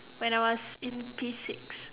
when I was in P six